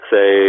Say